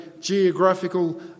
geographical